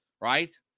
right